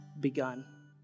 begun